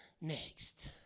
next